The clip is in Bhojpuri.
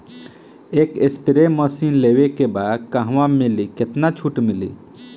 एक स्प्रे मशीन लेवे के बा कहवा मिली केतना छूट मिली?